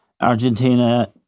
Argentina